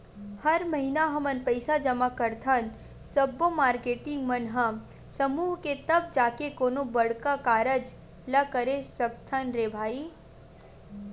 हर महिना हमन पइसा जमा करथन सब्बो मारकेटिंग मन ह समूह के तब जाके कोनो बड़का कारज ल करे सकथन रे भई